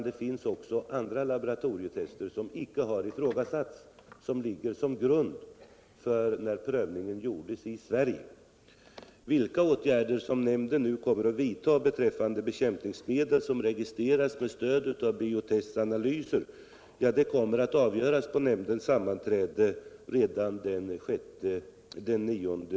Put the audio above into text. Det finns också andra laboratorietester, som icke har ifrågasatts, som låg till grund när prövningen gjordes i Sverige.